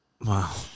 Wow